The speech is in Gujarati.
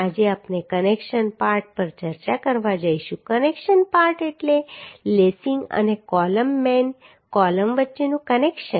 આજે આપણે કનેક્શન પાર્ટ પર ચર્ચા કરવા જઈશું કનેક્શન પાર્ટ એટલે લેસિંગ અને કોલમ મેઈન કોલમ વચ્ચેનું કનેક્શન